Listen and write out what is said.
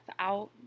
out